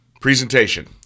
presentation